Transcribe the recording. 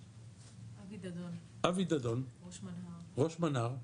אבי דדון ראש מנה"ר,